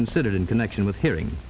considered in connection with hearing